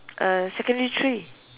uh secondary three